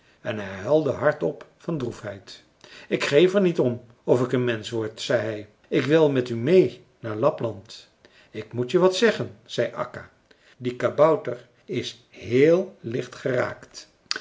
en hij huilde hardop van droefheid ik geef er niet om of ik een mensch word zei hij ik wil met u meê naar lapland ik moet je wat zeggen zei akka die kabouter is heel